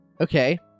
Okay